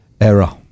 error